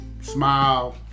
smile